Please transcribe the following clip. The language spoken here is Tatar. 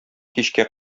кичкә